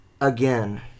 again